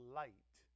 light